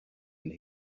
and